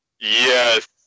yes